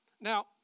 now